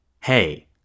hey